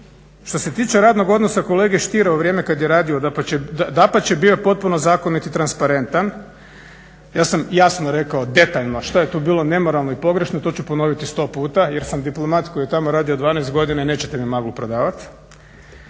što se tiče radnog odnosa kolege Stiera u vrijeme kada je radio. Dapače bio je potpuno zakonit i transparentan. Ja sam jasno rekao detaljno što je tu bilo nemoralno i pogrešno, to ču ponoviti sto puta jer sam diplomat koji je tamo radio 12 godina i nećete mi maglu prodavati.